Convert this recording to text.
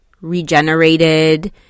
regenerated